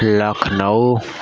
Lucknow